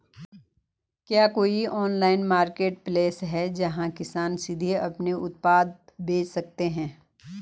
क्या कोई online marketplace है, जहां किसान सीधे अपने उत्पाद बेच सकते हैं?